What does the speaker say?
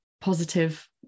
positive